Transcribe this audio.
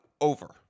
over